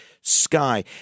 Sky